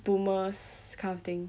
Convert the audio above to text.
boomers kind of thing